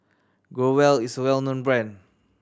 Growell is a well known brand